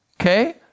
okay